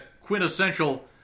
quintessential